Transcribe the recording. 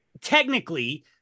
technically